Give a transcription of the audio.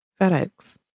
FedEx